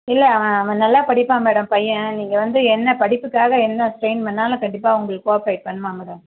இல்லை அவன் அவன் நல்லா படிப்பான் மேடம் பையன் நீங்கள் வந்து என்ன படிப்புக்காக என்ன ஸ்ட்ரெயின் பண்ணாலும் கண்டிப்பாக உங்களுக்கு கோப்ரேட் பண்ணுவான் மேடம்